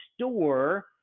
store